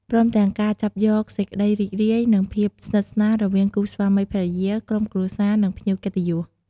ព្រមទាំងការចាប់យកសេចក្តីរីករាយ និងភាពស្និទ្ធស្នាលរវាងគូស្វាមីភរិយា ក្រុមគ្រួសារ និងភ្ញៀវកិត្តិយស។